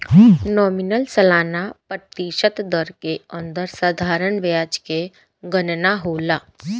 nominal सालाना प्रतिशत दर के अंदर साधारण ब्याज के गनना होला